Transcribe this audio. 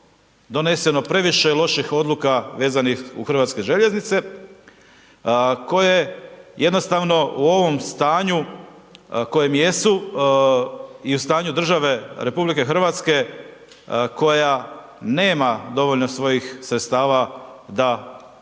doneseno previše loših odluka vezanih u HŽ koje jednostavno u ovom stanju u kojem jesu i u stanju države RH koja nema dovoljno svojih sredstava da ukratko